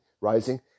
rising